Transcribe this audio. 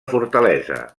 fortalesa